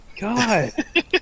God